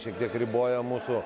šiek tiek riboja mūsų